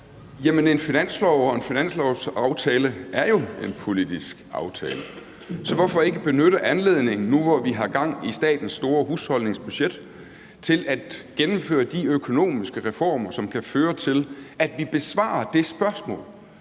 en finanslov og en finanslovsaftale er jo en politisk aftale, så hvorfor ikke benytte anledningen nu, hvor vi har gang i statens store husholdningsbudget, til at gennemføre de økonomiske reformer, som kan føre til, at vi besvarer det spørgsmål,